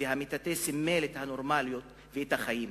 והמטאטא סימל את הנורמליות ואת החיים.